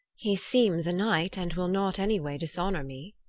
he seems a knight and will not any way dishonor me